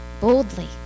boldly